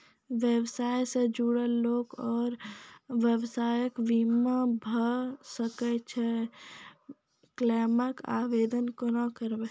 व्यवसाय सॅ जुड़ल लोक आर व्यवसायक बीमा भऽ सकैत छै? क्लेमक आवेदन कुना करवै?